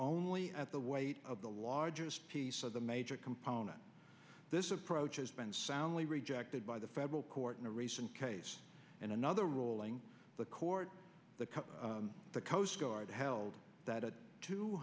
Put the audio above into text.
only at the weight of the largest piece of the major component this approach has been soundly rejected by the federal court in a recent case and another ruling the court the coastguard held that a two